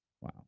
Wow